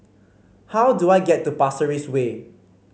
how do I get to Pasir Ris Way